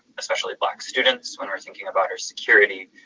especially black students when we're thinking about our security,